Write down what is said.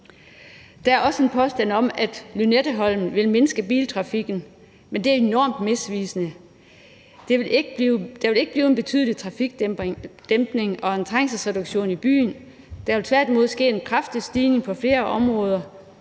Der er også en påstand om, at Lynetteholmen vil mindske biltrafikken, men det er enormt misvisende. Der vil ikke blive en betydelig trafikdæmpning og en trængselsreduktion i byen; der vil tværtimod ske en kraftig stigning på flere områder.